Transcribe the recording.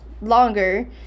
longer